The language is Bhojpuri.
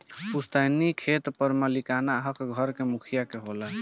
पुस्तैनी खेत पर मालिकाना हक घर के मुखिया के होला